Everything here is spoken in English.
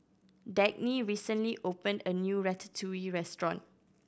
Dagny recently opened a new Ratatouille Restaurant